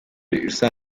yaranze